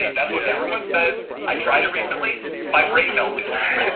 that's what everyone says. i tried it recently. my brain melted.